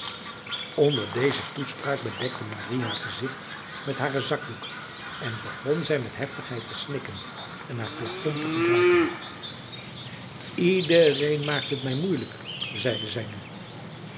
onder deze toespraak bedekte marie haar gezicht met hare zakdoek en begon zij met heftigheid te snikken en haar flacon te gebruiken iedereen maakt het mij moeilijk zeide zij nu